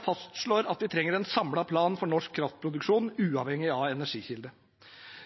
fastslår at vi trenger en samlet plan for norsk kraftproduksjon, uavhengig av energikilde.